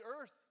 earth